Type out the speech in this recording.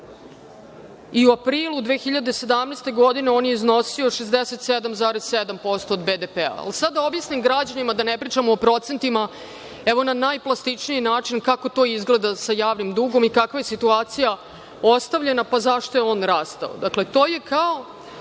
i u aprilu 2017. godine on je iznosio 67,7% BDP-a. Sada da objasnim građanima, da ne pričamo o procentima, evo, na najplastičniji način kako to izgleda sa javnim dugom i kakva je situacija ostavljena i zašto je on rastao.